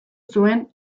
zuen